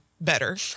better